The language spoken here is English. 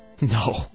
No